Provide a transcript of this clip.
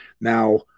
Now